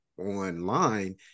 online